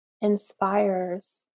inspires